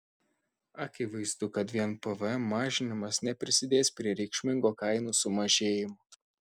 akivaizdu kad vien pvm mažinimas neprisidės prie reikšmingo kainų sumažėjimo